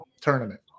tournament